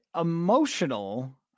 emotional